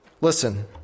Listen